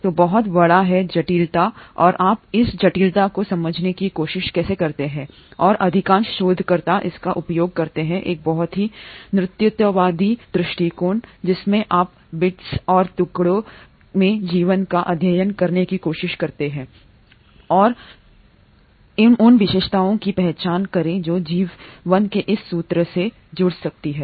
तो बहुत बड़ा है जटिलता और आप इस जटिलता को समझने की कोशिश कैसे करते हैं और अधिकांश शोधकर्ता इसका उपयोग करते हैं एक बहुत ही न्यूनतावादी दृष्टिकोण जिसमें आप बिट्स और टुकड़ों में जीवन का अध्ययन करने की कोशिश करते हैं और करने की कोशिश करते हैं उन विशेषताओं की पहचान करें जो जीवन के इस सूत्र से जुड़ सकती हैं